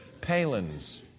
Palin's